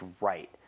right